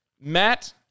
Matt